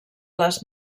les